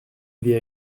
idée